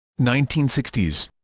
nineteen sixty s